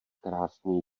krásný